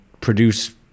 produce